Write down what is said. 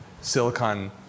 silicon